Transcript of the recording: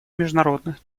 международных